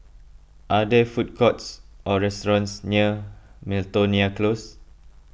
are there food courts or restaurants near Miltonia Close